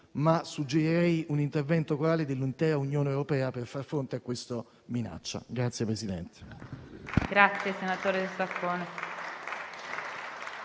ma suggerirei un intervento corale dell'intera Unione europea per far fronte a questa minaccia.